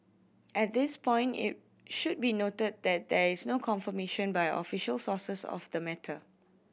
at this point it should be noted that there is no confirmation by official sources of the matter